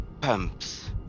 pumps